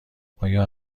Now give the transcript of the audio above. آیا